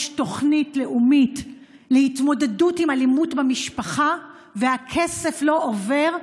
תוכנית לאומית להתמודדות עם אלימות במשפחה והכסף לא עובר,